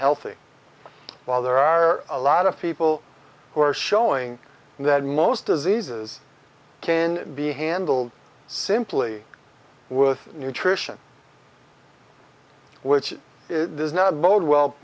healthy while there are a lot of people who are showing that most diseases can be handled simply with nutrition which is does not bode well